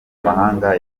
mahanga